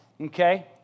Okay